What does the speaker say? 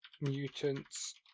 mutants